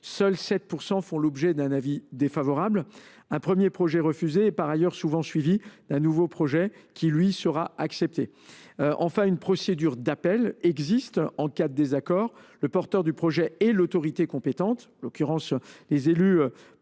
seuls 7 % font l’objet d’un avis défavorable. Un premier projet refusé est par ailleurs souvent suivi d’un nouveau projet qui, lui, sera accepté. Enfin, une procédure d’appel existe en cas de désaccord entre le porteur du projet et l’autorité compétente. En l’occurrence, les élus peuvent